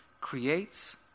creates